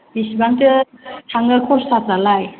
बिसिबांथो थाङो खरसाफ्रालाय